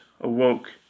awoke